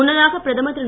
முன்னதாக பிரதமர் திரு